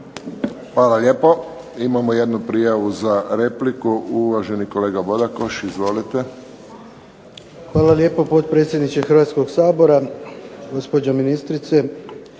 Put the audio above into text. Hvala lijepo. Imamo jednu prijavu za repliku, uvaženi kolega Bodakoš. Izvolite. **Bodakoš, Dragutin (SDP)** Hvala lijepo potpredsjedniče Hrvatskog sabora, gospođo ministrice.